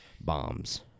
bombs